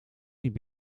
niet